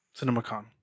CinemaCon